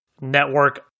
network